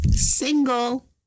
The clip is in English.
Single